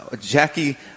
Jackie